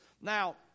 Now